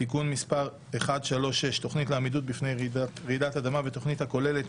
(תיקון מס' 136) (תכנית לעמידות בפני רעידת אדמה ותכנית הכוללת